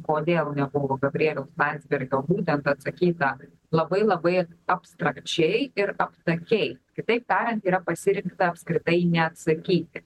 kodėl nebuvo gabrieliaus landsbergio būtent atsakyta labai labai abstrakčiai ir aptakiai kitaip tariant yra pasirinkta apskritai neatsakyti